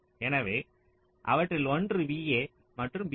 எனவே அவற்றில் ஒன்று VA மற்றும் VB